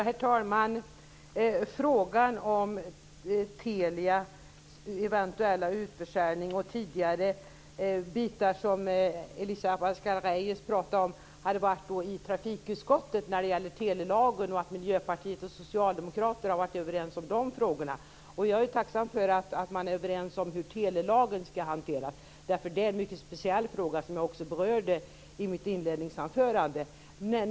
Herr talman! Elisa Abascal Reyes tog upp att Miljöpartiet och Socialdemokraterna har varit överens i frågan om Telias eventuella utförsäljning och frågor som tidigare har behandlats i trafikutskottet som gäller telelagen. Jag är tacksam för att vi är överens om hur telelagen skall hanteras, därför att det är en mycket speciell fråga, som jag också sade i mitt inledningsanförande.